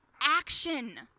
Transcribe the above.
action